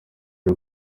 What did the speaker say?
y’u